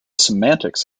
semantics